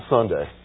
Sunday